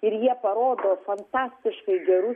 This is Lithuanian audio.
ir jie parodo fantastiškai gerus